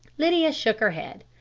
lydia shook her head.